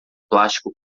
plástico